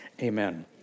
Amen